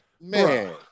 Man